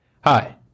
Hi